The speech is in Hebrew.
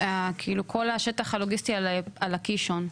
מבחינת ניהול השטח הלוגיסטי על הקישון?